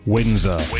Windsor